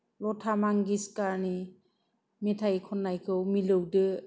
लथा मंगेशकारनि मेथाय खन्नायखौ मिलौदो